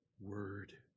word